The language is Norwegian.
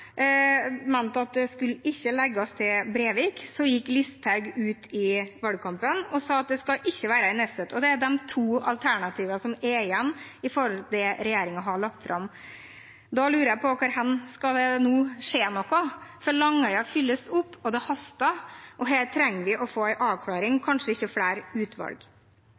mente at det ikke skulle legges til Brevik, gikk Listhaug ut i valgkampen og sa at det skal ikke være i Nesset, og det er disse to alternativene som er igjen ut fra det regjeringen har lagt fram. Da lurer jeg på hvor hen det nå skal skje noe, for Langøya fylles opp, og det haster. Her trenger vi å få en avklaring – og kanskje ikke flere utvalg.